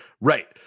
right